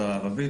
דובר ערבית,